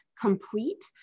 complete